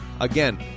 Again